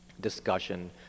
discussion